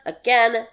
again